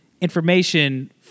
information